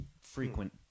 frequent